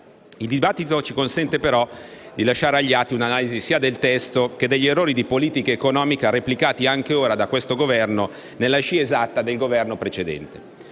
Il dibattito ci consente però di lasciare agli atti un'analisi sia del testo, che degli errori di politica economica replicati, anche ora, da questo Governo, sulla medesima scia del Governo precedente.